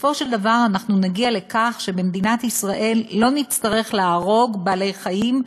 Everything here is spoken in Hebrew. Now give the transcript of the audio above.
בסופו של דבר נגיע לכך שבמדינת ישראל לא נצטרך להרוג בעלי-חיים,